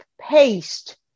paste